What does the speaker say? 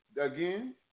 again